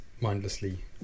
mindlessly